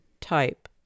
type